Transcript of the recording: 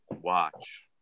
Watch